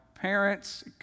parents